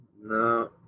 No